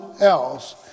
else